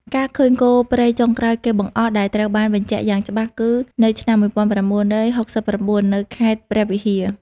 ការឃើញគោព្រៃចុងក្រោយគេបង្អស់ដែលត្រូវបានបញ្ជាក់ច្បាស់លាស់គឺនៅឆ្នាំ ១៩៦៩ នៅខេត្តព្រះវិហារ។